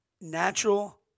Natural